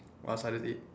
what else I eat